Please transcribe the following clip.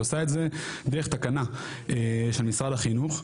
היא עושה את זה דרך תקנה של משרד החינוך,